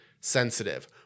sensitive